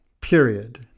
period